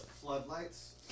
floodlights